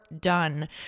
done